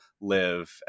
live